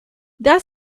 that